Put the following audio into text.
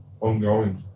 ongoing